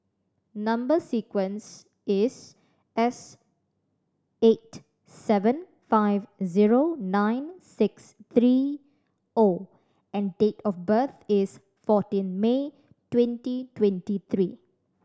number sequence is S eight seven five zero nine six three O and date of birth is fourteen May twenty twenty three